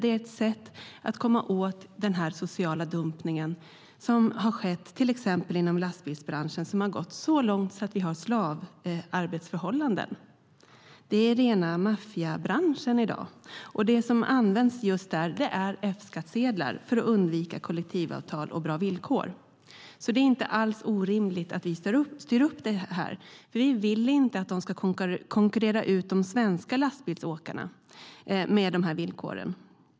Det är ett sätt att komma åt den sociala dumpning som har skett inom exempelvis lastbilsbranschen, där det har gått så långt att man har slavarbetsförhållanden. Det är rena maffiabranschen i dag. Och det som används just där är F-skattsedlar för att undvika kollektivavtal och bra villkor. Det är inte alls orimligt att vi styr upp detta, för vi vill inte att de ska konkurrera ut de svenska lastbilsåkarna med de här villkoren.